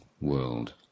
world